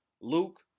Luke